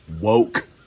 woke